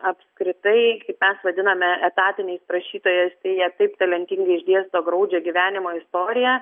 apskritai kaip mes vadiname etatiniais prašytojais tai jie taip talentingai išdėsto graudžią gyvenimo istoriją